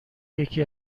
یکی